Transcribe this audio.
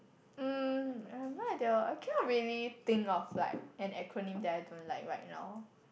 um I have no idea I cannot really think of like an acronym that I don't like right now